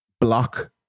Block